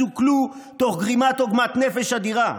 סוכלו תוך גרימת עוגמת נפש אדירה.